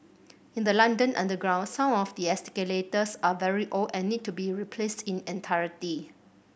in the London underground some of the escalators are very old and need to be replaced in entirety